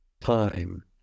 time